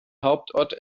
hauptort